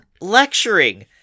lecturing